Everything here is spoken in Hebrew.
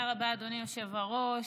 תודה רבה, אדוני היושב-ראש.